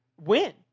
win